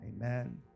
Amen